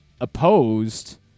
opposed